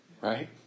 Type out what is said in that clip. Right